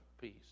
peace